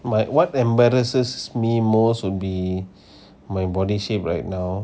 my what embarrasses me most will be my body shape right now